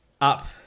up